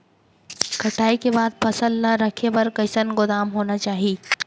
कटाई के बाद फसल ला रखे बर कईसन गोदाम होना चाही?